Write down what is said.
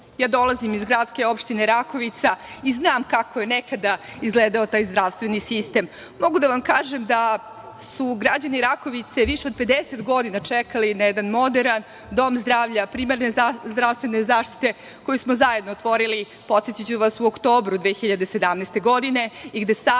dolazim iz GO Rakovica i znam kako je nekada izgledao taj zdravstveni sistem. Mogu da vam kažem da su građani Rakovice više od 50 godina čekali na jedan moderan dom zdravlja primarne zdravstvene zaštite koji smo zajedno otvorili, podsetiću vas, u oktobru 2017. godine i gde sada